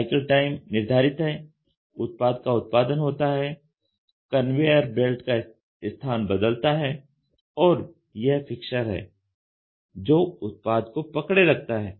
cycle time निर्धारित है उत्पाद का उत्पादन होता है कन्वेयर बेल्ट का स्थान बदलता है और यह फिक्सर है जो उत्पाद को पकड़े रखता है